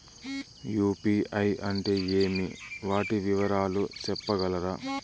UPI అంటే ఏమి? వాటి వివరాలు సెప్పగలరా?